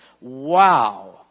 wow